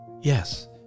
Yes